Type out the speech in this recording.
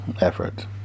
Effort